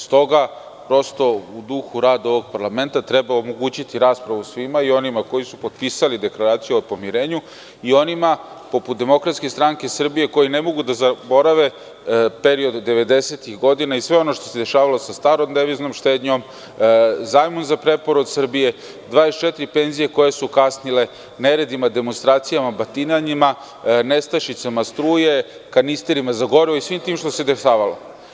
Stoga, prosto u duhu rada ovog parlamenta treba omogućiti raspravu svima i onima koji su potpisali Deklaraciju o pomirenju i onima poput DSS koji ne mogu da zaborave period 90-ih godina i sve ono što se dešavalo sa starom deviznom štednjom, zajmom za preporod Srbije, 24 penzije koje su kasnile, neredima, demonstracijama, batinanjima, nestašicama struje, kanisterima za gorivo i svim tim što se dešavalo.